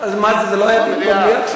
דיון במליאה.